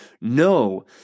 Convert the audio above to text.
No